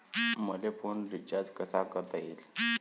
मले phone recharge कसा करता येईन?